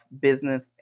business